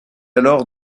alors